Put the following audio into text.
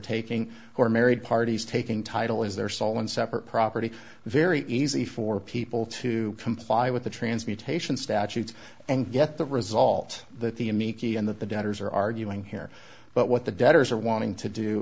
taking who are married parties taking title is their sole and separate property very easy for people to comply with the transmutation statutes and get a result that the a miki and that the debtors are arguing here but what the debtors are wanting to do